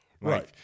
right